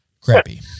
Crappy